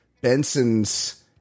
Benson's